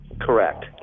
Correct